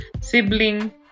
sibling